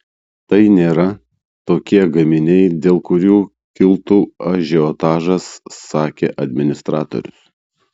tai nėra tokie gaminiai dėl kurių kiltų ažiotažas sakė administratorius